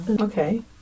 Okay